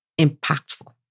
impactful